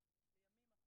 לימים,